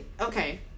Okay